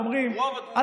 רוב התמונה זה,